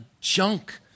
junk